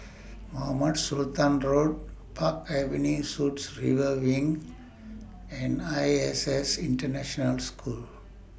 Mohamed Sultan Road Park Avenue Suites River Wing and I S S International School